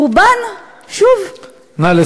שביחס לרובן, שוב, נא לסיים.